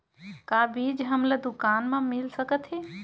का बीज हमला दुकान म मिल सकत हे?